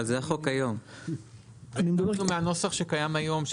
אבל זה החוק היום, זה בנוסח שקיים היום.